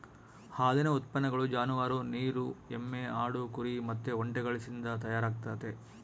ಹಾಲಿನ ಉತ್ಪನ್ನಗಳು ಜಾನುವಾರು, ನೀರು ಎಮ್ಮೆ, ಆಡು, ಕುರಿ ಮತ್ತೆ ಒಂಟೆಗಳಿಸಿಂದ ತಯಾರಾಗ್ತತೆ